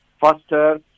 faster